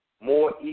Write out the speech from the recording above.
more